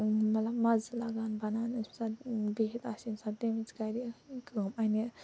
مَطلَب مَزٕ لگان بناونَس ییٚمہِ ساتہٕ بِہِت آسہِ اِنسان تَمہِ وِزِ کَرِ یہِ کٲم اَنہِ